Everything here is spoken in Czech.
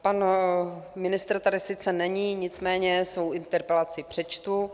Pan ministr tady sice není, nicméně svou interpelaci přečtu.